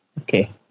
Okay